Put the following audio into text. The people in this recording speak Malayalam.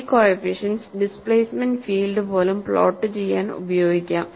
ഈ കോഎഫിഷ്യന്റ്സ് ഡിസ്പ്ലേസ്മെന്റ് ഫീൽഡ് പോലും പ്ലോട്ട് ചെയ്യാൻ ഉപയോഗിക്കാം